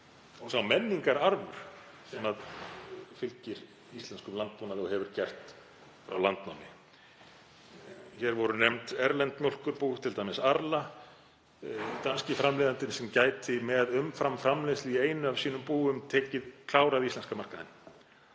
og sá menningararfur sem fylgir íslenskum landbúnaði og hefur gert frá landnámi. Hér voru nefnd erlend mjólkurbú, t.d. Arla, danski framleiðandinn, sem gæti með umframframleiðslu í einu af sínum búum klárað íslenska markaðinn